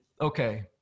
okay